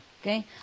okay